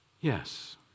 Yes